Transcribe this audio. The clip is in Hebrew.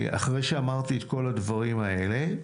אחרי שאמרתי את כל הדברים האלה,